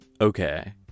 okay